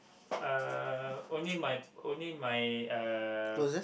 uh only my only my uh